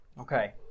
Okay